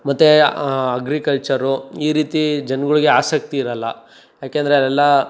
ಮತ್ತು ಅಗ್ರಿಕಲ್ಚರು ಈ ರೀತಿ ಜನಗಳ್ಗೆ ಆಸಕ್ತಿ ಇರಲ್ಲ ಯಾಕೆಂದರೆ ಅಲ್ಲೆಲ್ಲ